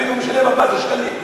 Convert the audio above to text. הבדואי משלם 14 שקלים.